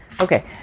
Okay